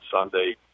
Sunday